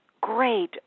great